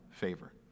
favor